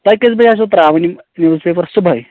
تۄہہِ کٔژِ بَجہِ ٲسوٕ تراوٕنۍ یِم نِوٕز پیپر صبحٲے